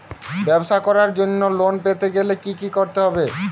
ব্যবসা করার জন্য লোন পেতে গেলে কি কি করতে হবে?